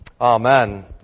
amen